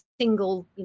single